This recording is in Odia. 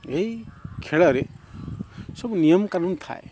ଏଇ ଖେଳରେ ସବୁ ନିୟମ କାନୁନ୍ ଥାଏ